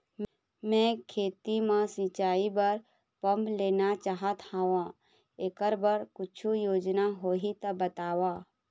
मैं खेती म सिचाई बर पंप लेना चाहत हाव, एकर बर कुछू योजना होही त बताव?